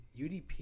UDP